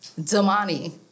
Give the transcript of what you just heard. damani